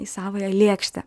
į savąją lėkštę